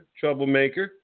troublemaker